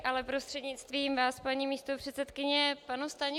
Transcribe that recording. Ale prostřednictvím vás, paní místopředsedkyně, panu Stanjurovi.